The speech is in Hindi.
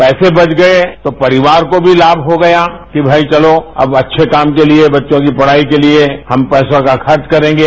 पैसे बच गए तो परिवार को भी लाभ हो गया कि भई चलो अब अच्छे काम के लिए बच्चों की पढाई के लिए हम पैसों को खर्च करेंगे